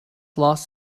lost